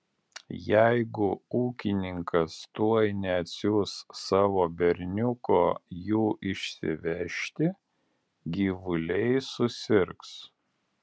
jeigu ūkininkas tuoj neatsiųs savo berniuko jų išsivežti gyvuliai susirgs